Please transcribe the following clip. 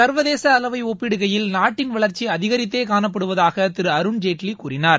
சா்வதேச அளவை ஒப்பிடுகையில் நாட்டின் வளா்ச்சி அதிகரித்தே காணப்படுவதாகவும் திரு அருண்ஜேட்லி கூறினார்